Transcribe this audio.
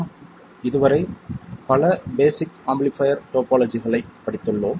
நாம் இதுவரை பல பேஸிக் ஆம்பிளிஃபைர் டோபாலஜிகளைப் படித்துள்ளோம்